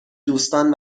دوستان